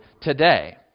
today